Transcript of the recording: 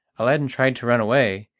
aladdin tried to run away,